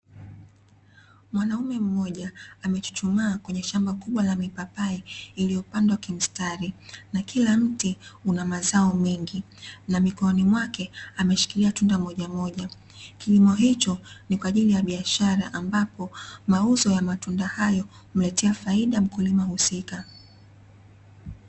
Mwanaume mmoja amechuchumaa kwenye shamba kubwa la mipapai iliyopandwa kimistari na kila mti una mazao mengi na mikononi mwake ameshikilia tunda mojamoja. Kilimo hicho ni kwa ajili ya biashara ambapo mauzo ya matunda hayo humletea faida mkulima husika.